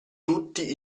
tutti